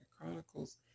Chronicles